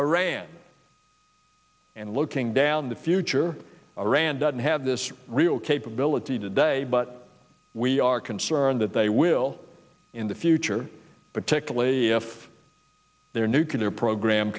a rant and looking down the future iran doesn't have this real capability today but we are concerned that they will in the future particularly if their nuclear program